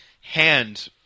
hand